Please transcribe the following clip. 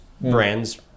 brands